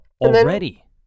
Already